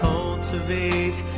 Cultivate